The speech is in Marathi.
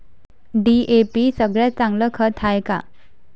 डी.ए.पी सगळ्यात चांगलं खत हाये का?